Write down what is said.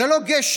זה לא גשם.